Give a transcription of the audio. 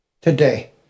today